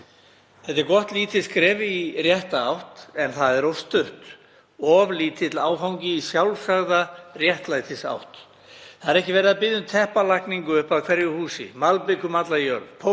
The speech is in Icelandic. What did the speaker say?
Þetta er gott lítið skref í rétta átt en það er of stutt, of lítill áfangi í sjálfsagða réttlætisátt. Það er ekki verið að biðja um teppalagningu upp að hverju húsi, malbik um alla jörð, pósthús